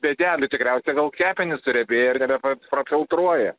bėdelių tikriausia gal kepenys suriebėjo ir nebepraprafiltruoja